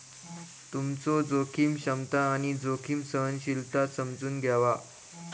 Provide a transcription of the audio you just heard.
तुमचो जोखीम क्षमता आणि जोखीम सहनशीलता समजून घ्यावा